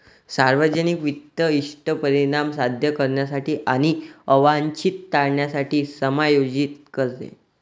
सार्वजनिक वित्त इष्ट परिणाम साध्य करण्यासाठी आणि अवांछित टाळण्यासाठी समायोजित करते